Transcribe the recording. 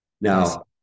Now